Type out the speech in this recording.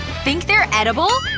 think they're edible?